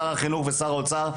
שר החינוך ושר האוצר,